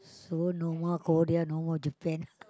so no more Korea no more Japan